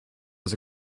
was